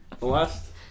last